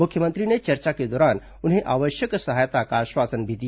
मुख्यमंत्री ने चर्चा के दौरान उन्हें आवश्यक सहायता का आश्वासन दिया